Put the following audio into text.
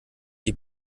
die